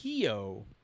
Pio